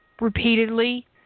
repeatedly